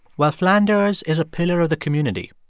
well, flanders is a pillar of the community.